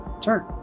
turn